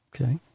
Okay